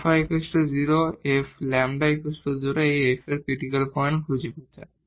Fy 0 Fλ 0 এখানে এই F এর ক্রিটিকাল পয়েন্টগুলি আমাদেরকে খুজতে হবে